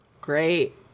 great